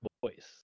voice